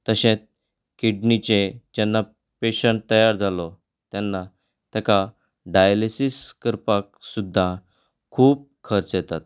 तशेंच किडनीचे जेन्ना पेशंट तयार जालो तेन्ना ताका डायलेसीस करपाक सुद्दां खूब खर्च येतात